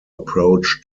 approach